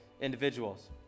individuals